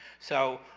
so,